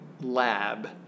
lab